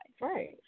Right